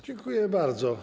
Dziękuję bardzo.